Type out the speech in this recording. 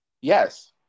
Yes